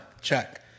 check